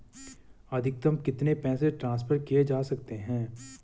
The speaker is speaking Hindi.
अधिकतम कितने पैसे ट्रांसफर किये जा सकते हैं?